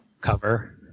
cover